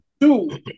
Two